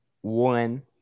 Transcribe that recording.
One